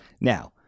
Now